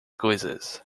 coisas